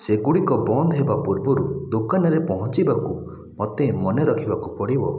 ସେଗୁଡ଼ିକ ବନ୍ଦ ହେବା ପୂର୍ବରୁ ଦୋକାନରେ ପହଞ୍ଚିବାକୁ ମୋତେ ମନେ ରଖିବାକୁ ପଡ଼ିବ